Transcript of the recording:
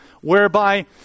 whereby